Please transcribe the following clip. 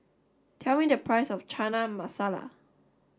tell me the price of Chana Masala